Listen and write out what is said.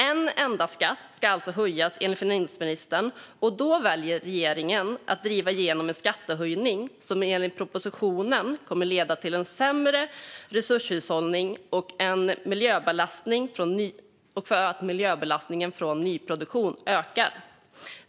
En enda skatt ska alltså höjas, enligt finansministern, och då väljer regeringen att driva igenom en skattehöjning som enligt propositionen kommer att leda till en sämre resurshushållning och till att miljöbelastningen från nyproduktion ökar.